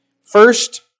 First